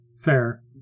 fair